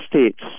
states